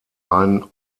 ein